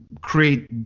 create